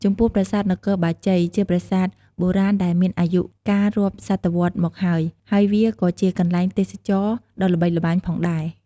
ចំពោះប្រាសាទនគរបាជ័យ ជាប្រាសាទបុរាណដែលមានអាយុកាលរាប់សតវត្សរ៍មកហើយ ហើយវាក៏ជាកន្លែងទេសចរណ៍ដ៏ល្បីល្បាញផងដែរ។